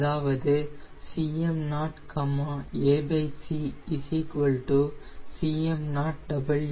அதாவது Cm0 ac Cm0W Cm0t 0